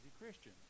Christian